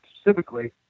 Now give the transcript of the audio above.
specifically